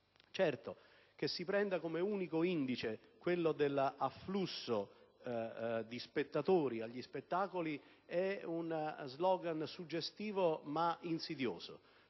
Certo, che si prenda come unico indice quello dell'afflusso di spettatori agli spettacoli è uno *slogan* suggestivo, ma insidioso;